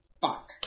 Fuck